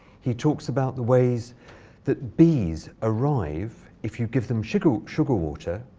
he talks about the ways that bees arrive if you give them sugar sugar water,